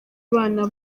abana